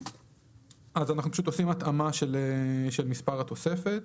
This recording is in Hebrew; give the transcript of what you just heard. אז אנחנו פשוט עושים התאמה של מספר התוספת.